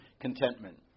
contentment